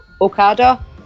Okada